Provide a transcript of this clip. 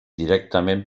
directament